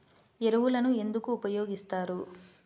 ఎరువులను ఎందుకు ఉపయోగిస్తారు?